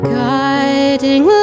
guiding